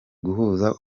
guhuza